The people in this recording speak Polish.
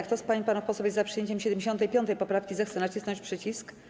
Kto z pań i panów posłów jest za przyjęciem 75. poprawki, zechce nacisnąć przycisk.